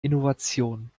innovation